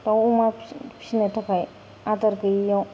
दाउ अमा फिनो थाखाय आदार गैयैआव